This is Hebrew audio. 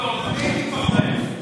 אבל, אתה,